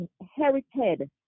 inherited